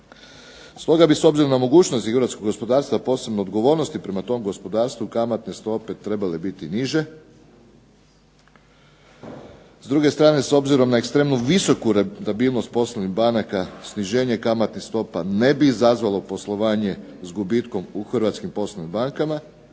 Stoga bi s obzirom na mogućnosti hrvatskog gospodarstva, posebno odgovornosti prema tom gospodarstvu kamatne stope trebale biti niže. S druge strane, s obzirom na ekstremnu visoku …/Govornik se ne razumije./… poslovnih banaka, sniženje kamatnih stopa ne bi izazvalo poslovanje s gubitkom u hrvatskim poslovnim bankama,